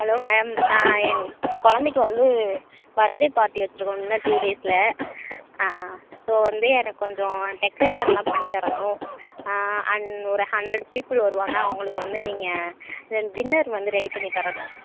hello ma'am என் குழந்தைக்கி வந்து பர்த்டே பார்ட்டி வச்சுருக்கோம் இன்னும் டூ டேஸ்ஸில் ஸோ வந்து எனக்கு கொஞ்சம் டெக்ரேஷன்லாம் பண்ணித்தரணும் அண்ட் ஒரு ஹண்ட்ரட் பீப்பிள் வருவாங்கள் அவங்களுக்கு வந்து நீங்கள் அந்த டின்னர் வந்து ரெடி பண்ணித் தரணும்